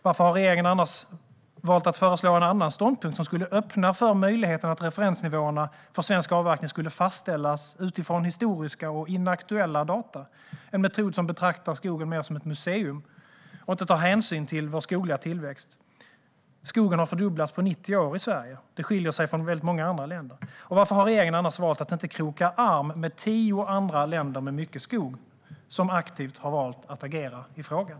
Varför har regeringen annars valt att föreslå en annan ståndpunkt, som skulle öppna för möjligheten att referensnivåerna för svensk avverkning skulle fastställas utifrån historiska och inaktuella data - en metod som betraktar skogen mer som ett museum och inte tar hänsyn till vår skogliga tillväxt? Skogen i Sverige har fördubblats på 90 år. Detta skiljer sig från väldigt många andra länder. Varför har regeringen annars valt att inte kroka arm med tio andra länder med mycket skog som aktivt har valt att agera i frågan?